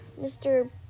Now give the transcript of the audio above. Mr